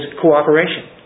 Cooperation